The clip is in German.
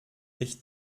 ich